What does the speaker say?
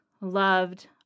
loved